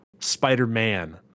Spider-Man